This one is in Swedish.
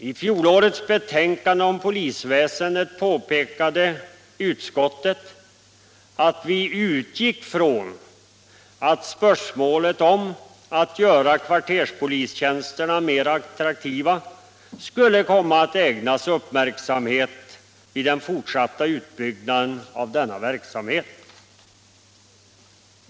I fjolårets betänkande om polisväsendet påpekade utskottet att vi utgick från att spörsmålet om att göra kvarterspolistjänsterna mer attraktiva skulle komma att ägnas uppmärksamhet vid den fortsatta utbyggnaden av denna verksamhet.